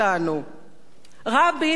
רבין היה הראשון,